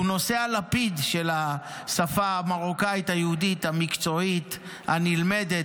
שהוא נושא הלפיד של השפה המרוקאית היהודית המקצועית הנלמדת,